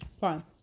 Fine